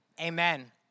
amen